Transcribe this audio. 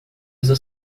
usa